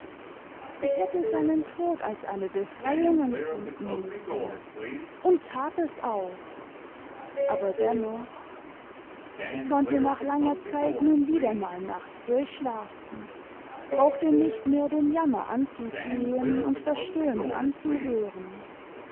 icu hätte seinen tod als eine befreiung empfinden müssen und tat es auch aber dennoch ich konnte nach laager zeit nun wieder mal nachts durchschlafen brauchte nicht mehr den jammer anzusehen und das stöhnen anzuhören